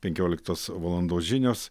penkioliktos valandos žinios